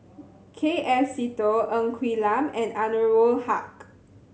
K F Seetoh Ng Quee Lam and Anwarul Haque